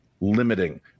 limiting